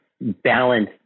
balance